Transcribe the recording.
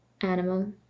animal